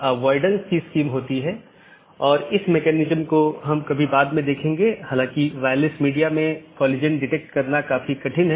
इसलिए पड़ोसियों की एक जोड़ी अलग अलग दिनों में आम तौर पर सीधे साझा किए गए नेटवर्क को सूचना सीधे साझा करती है